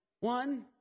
One